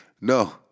No